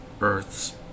Earth's